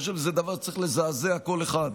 אני חושב שזה דבר שצריך לזעזע כל אחד.